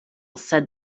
said